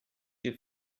you